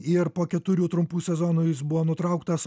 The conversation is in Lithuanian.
ir po keturių trumpų sezonų jis buvo nutrauktas